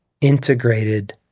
integrated